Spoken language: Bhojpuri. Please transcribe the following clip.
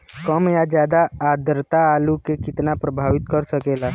कम या ज्यादा आद्रता आलू के कितना प्रभावित कर सकेला?